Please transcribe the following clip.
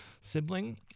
sibling